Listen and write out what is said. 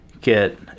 get